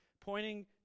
pointing